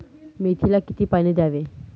मेथीला किती पाणी द्यावे?